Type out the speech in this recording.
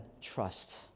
trust